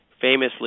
famously